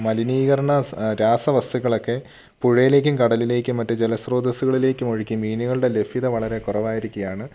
മലിനീകരണ സ രാസവസ്തുക്കൾ ഒക്കെ പുഴയിലേക്കും കടലിലേക്കും മറ്റ് ജലസ്രോതസ്സുകളിലേക്കും ഒഴുക്കി മീനുകളുടെ ലഭ്യത വളരെ കുറവായിരിക്കുകയാണ്